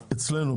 שהקונה אצלנו,